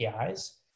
APIs